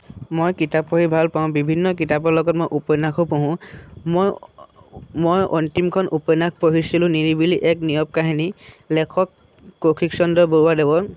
মই কিতাপ পঢ়ি ভালপাওঁ বিভিন্ন কিতাপৰ লগত মই উপন্যাসো পঢ়ো মই মই অন্তিমখন উপন্যাস পঢ়িছিলোঁ নিৰিবিলি এক নীৰৱ কাহিনী লেখক কৌশিক চন্দ্ৰ বৰুৱা দেৱৰ